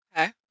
Okay